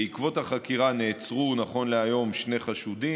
בעקבות החקירה, נעצרו נכון להיום שני חשודים.